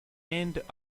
end